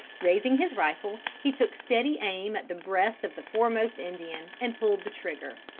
raising his rifle, he took steady aim at the breast of the foremost indian, and pulled the trigger.